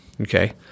okay